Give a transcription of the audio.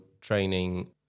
training